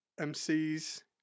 MCs